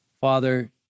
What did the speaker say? Father